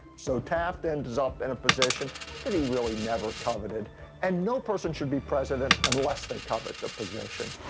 so taft ends up in a position that he really never coveted and no person should be president unless they covet the position.